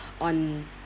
on